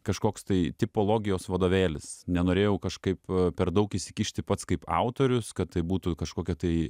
kažkoks tai tipologijos vadovėlis nenorėjau kažkaip per daug įsikišti pats kaip autorius kad tai būtų kažkokia tai